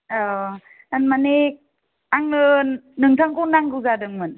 औ तारमाने आंनो नोंथांखौ नांगौ जादोंमोन